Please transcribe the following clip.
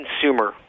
consumer